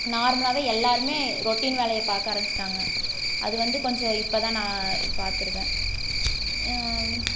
நார்மலாகவே எல்லோருமே ரொட்டின் வேலையை பார்க்க ஆரம்மிச்சிட்டாங்க அது வந்து கொஞ்சம் இப்போ தான் நான் பாத்திருக்கேன்